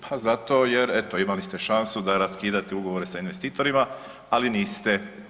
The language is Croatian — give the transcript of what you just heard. Pa zato jer eto imali ste šansu da raskidate ugovore sa investitorima, ali niste.